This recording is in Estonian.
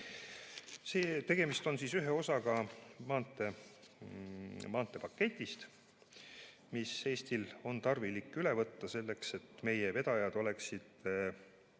Tegemist on ühe osaga maanteepaketist, mis Eestil on tarvilik üle võtta selleks, et meie vedajad oleksid